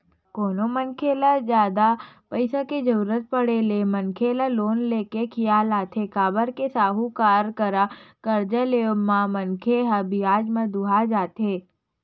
कोनो मनखे ल जादा पइसा के जरुरत पड़े ले मनखे ल लोन ले के खियाल आथे काबर के साहूकार करा करजा लेवब म मनखे ह बियाज म दूहा जथे